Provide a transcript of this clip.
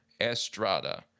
Estrada